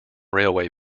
railway